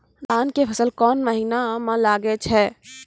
धान के फसल कोन महिना म लागे छै?